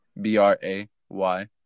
b-r-a-y